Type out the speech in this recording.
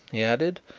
he added,